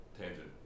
tangent